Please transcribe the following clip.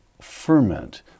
ferment